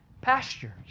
pastures